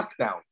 lockdown